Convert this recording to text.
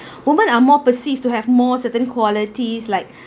women are more perceived to have more certain qualities like